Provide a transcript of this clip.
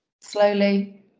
Slowly